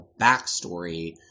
backstory